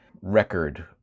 record